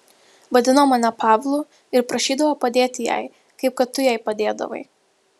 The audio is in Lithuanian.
vadino mane pavlu ir prašydavo padėti jai kaip kad tu jai padėdavai